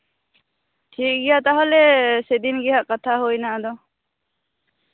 ᱴᱷᱤᱠ ᱜᱮᱭᱟ ᱛᱟᱦᱞᱮ ᱥᱮᱫᱤᱱ ᱜᱮᱦᱟᱜ ᱠᱟᱛᱷᱟ ᱦᱩᱭᱱᱟ ᱟᱫᱚ